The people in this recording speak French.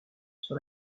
sur